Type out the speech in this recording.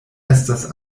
estas